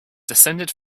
descended